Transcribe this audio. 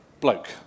bloke